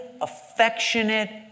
affectionate